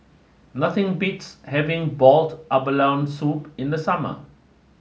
nothing beats having Boiled Abalone Soup in the summer